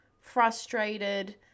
frustrated